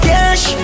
Cash